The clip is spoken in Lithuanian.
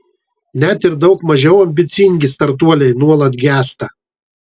net ir daug mažiau ambicingi startuoliai nuolat gęsta